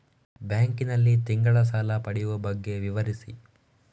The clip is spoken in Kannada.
ಬ್ಯಾಂಕ್ ನಲ್ಲಿ ತಿಂಗಳ ಸಾಲ ಪಡೆಯುವ ಬಗ್ಗೆ ವಿವರಿಸಿ?